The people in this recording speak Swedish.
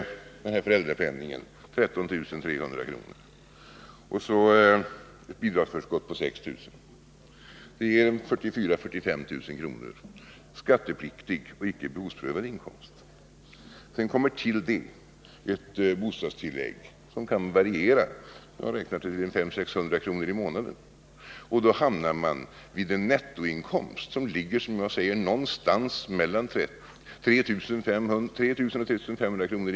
Sedan ger föräldrapenningen 13 300 kr., och så blir det ett bidragsförskott på 6000 kr. Det ger 44000 ä 45 000 kr. i skattepliktig och icke behovsprövad inkomst. Till detta kommer ett bostadstillägg, som kan variera. Man räknar med 500-600 kr. i månaden. Då hamnar man vid en nettoinkomst någonstans mellan 3 000 och 3 500 kr.